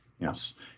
Yes